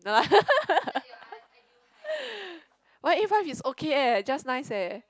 one eight five is okay eh just nice eh